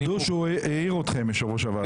תודו שהוא העיר אתכם, יושב ראש הוועדה.